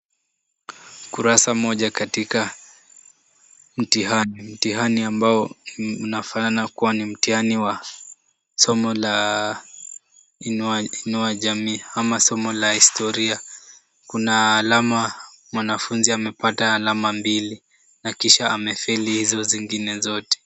Kurasa moja katika mtihani, mtihani ambao unafanana kuwa ni mtihani wa somo la inua jamii ama somo la historia. Kuna alama mwanafunzi amepata alama mbili na kisha amefeli hizo zingine zote.